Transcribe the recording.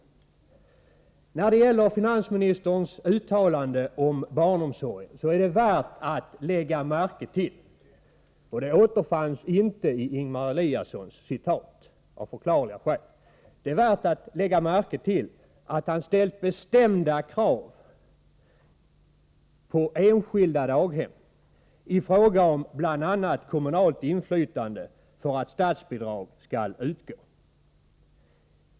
En sak som, av förklarliga skäl, inte återfanns i Ingemar Eliassons citat men som är värd att lägga märke till är att finansministern i sitt uttalande om barnomsorgen har ställt bestämda krav på enskilda daghem i fråga om bl.a. kommunalt inflytande för att statsbidrag skall utgå.